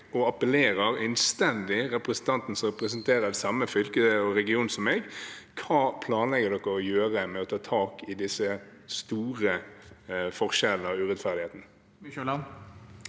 og appellerer innstendig til representanten, som representerer det samme fylket og regionen som meg: Hva planlegger dere å gjøre med hensyn til å ta tak i disse store forskjellene og urettferdigheten?